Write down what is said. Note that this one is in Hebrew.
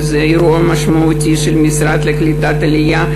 וזה אירוע משמעותי של המשרד לקליטת העלייה,